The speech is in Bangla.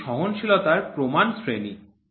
এটি সহনশীলতার প্রমাণ শ্রেণি